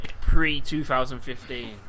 pre-2015